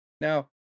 Now